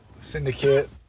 Syndicate